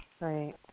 Right